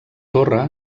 torre